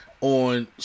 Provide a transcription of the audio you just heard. on